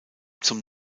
zum